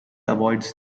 avoids